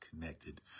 connected